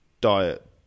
diet